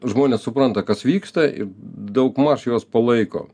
žmonės supranta kas vyksta ir daugmaž juos palaiko